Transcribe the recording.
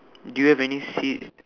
do you have any sea